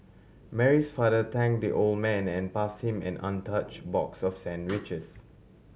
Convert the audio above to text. Mary's father thank the old man and pass him an untouch box of sandwiches